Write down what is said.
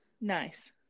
Nice